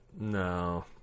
No